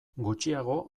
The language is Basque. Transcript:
gutxiago